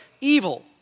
evil